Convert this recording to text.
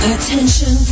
Attention